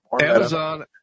Amazon